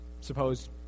Suppose